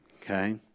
Okay